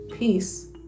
Peace